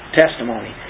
testimony